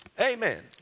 Amen